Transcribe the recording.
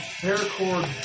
paracord